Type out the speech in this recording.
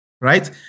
right